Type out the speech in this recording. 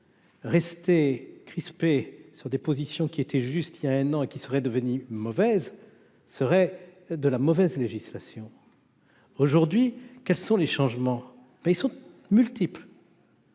rester crispé sur des positions qui était juste, il y a un an et qui serait devenue mauvaise serait de la mauvaise législation. Aujourd'hui, quels sont les changements, ben ils sont multiples.